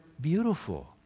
beautiful